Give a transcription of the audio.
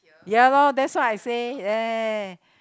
ya loh that's why I say there